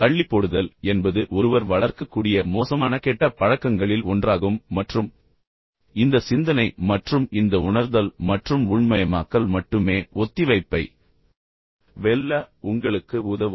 தள்ளிப்போடுதல் என்பது ஒருவர் வளர்க்கக்கூடிய மோசமான கெட்ட பழக்கங்களில் ஒன்றாகும் மற்றும் இந்த சிந்தனை மற்றும் இந்த உணர்தல் மற்றும் உள்மயமாக்கல் மட்டுமே ஒத்திவைப்பை வெல்ல உங்களுக்கு உதவும்